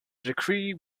decree